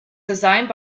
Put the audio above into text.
designed